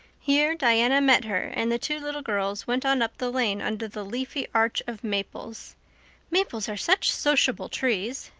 here diana met her, and the two little girls went on up the lane under the leafy arch of maples maples are such sociable trees,